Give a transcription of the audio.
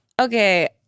Okay